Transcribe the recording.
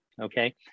okay